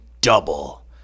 double